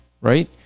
right